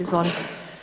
Izvolite.